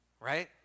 Right